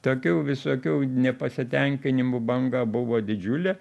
tokių visokių nepasitenkinimų banga buvo didžiulė